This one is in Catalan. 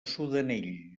sudanell